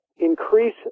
increase